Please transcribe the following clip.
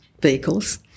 vehicles